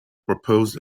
proposed